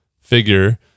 figure